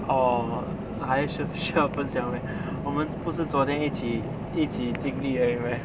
oh 还需不需要分享 leh 我们不是昨天一起一起经历而已 meh